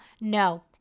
no